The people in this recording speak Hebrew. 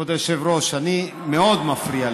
כבוד היושב-ראש, מאוד מפריע לי.